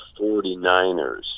49ers